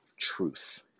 truth